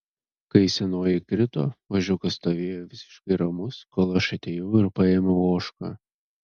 kai senoji krito ožiukas stovėjo visiškai ramus kol aš atėjau ir paėmiau ožką